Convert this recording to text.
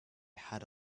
had